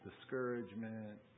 discouragement